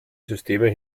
systeme